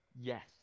Yes